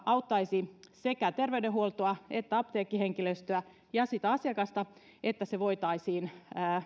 auttaisi sekä terveydenhuoltoa että apteekkihenkilöstöä ja sitä asiakasta että se voitaisiin